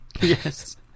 Yes